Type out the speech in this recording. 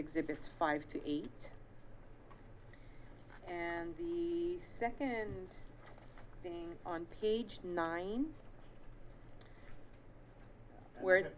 exhibit five to eight and the second thing on page nineteen where